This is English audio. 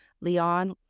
Leon